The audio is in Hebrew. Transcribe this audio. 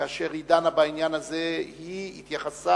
כאשר היא דנה בעניין הזה, היא התייחסה,